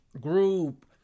group